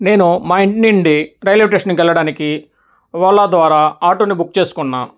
నేను మా ఇంటి నుండి రైల్వేస్టేషన్కి వెళ్ళడానికి ఓలా ద్వారా ఆటోని బుక్ చేసుకున్నాను